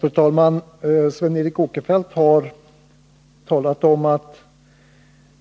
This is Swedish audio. Fru talman! Sven Eric Åkerfeldt har talat om att